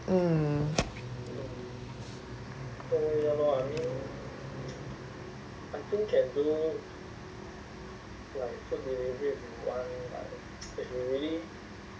mm